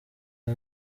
nta